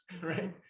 right